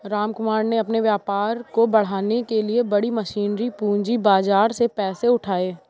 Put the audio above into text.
रामकुमार ने अपने व्यापार को बढ़ाने के लिए बड़ी मशीनरी पूंजी बाजार से पैसे उठाए